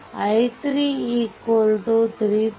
5 ampere i3 3